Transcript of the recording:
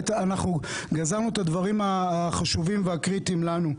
אבל אנחנו גזרנו את הדברים החשובים והקריטיים לנו.